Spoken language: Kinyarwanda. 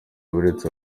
buretse